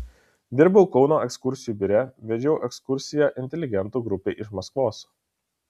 dirbau kauno ekskursijų biure vedžiau ekskursiją inteligentų grupei iš maskvos